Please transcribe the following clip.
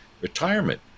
retirement